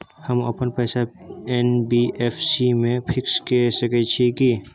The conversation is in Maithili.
हम अपन पैसा एन.बी.एफ.सी म फिक्स के सके छियै की?